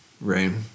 rain